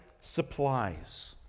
supplies